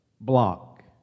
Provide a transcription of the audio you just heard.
block